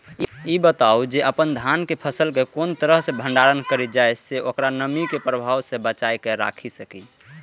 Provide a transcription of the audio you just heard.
ई बताऊ जे अपन धान के फसल केय कोन तरह सं भंडारण करि जेय सं ओकरा नमी के प्रभाव सं बचा कय राखि सकी?